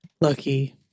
Lucky